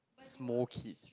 small kid